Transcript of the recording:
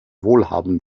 wohlhabend